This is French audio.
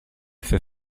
fait